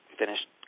finished